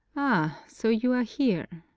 ah! so you are here?